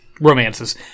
romances